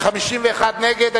51 נגד.